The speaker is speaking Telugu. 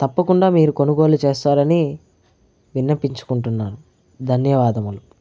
తప్పకుండా మీరు కొనుగోలు చేస్తారని విన్నపించుకుంటున్నాను ధన్యవాదములు